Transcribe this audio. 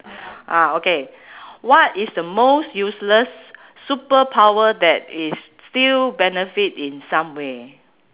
ah okay what is the most useless superpower that is still benefit in some way